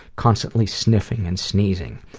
constantly sniffing and sneezing.